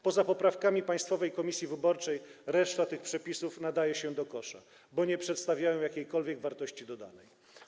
Poza poprawkami Państwowej Komisji Wyborczej reszta tych przepisów nadaje się do kosza, bo nie przedstawia jakiejkolwiek wartości dodanej.